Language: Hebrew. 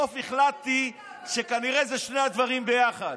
בסוף החלטתי שכנראה אלה שני הדברים יחד.